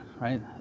right